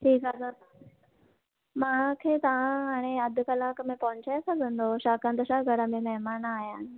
ठीकु आहे त मूंखे तव्हां हाणे अध कलाक में पहुचाए सघंदौ छा छाकाणि छा घर में महिमान आया आहिनि